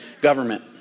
government